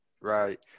right